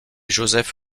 joseph